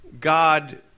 God